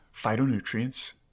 phytonutrients